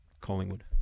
Collingwood